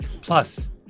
Plus